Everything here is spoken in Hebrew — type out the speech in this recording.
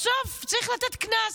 בסוף צריך לתת קנס,